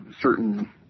certain